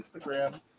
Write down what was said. instagram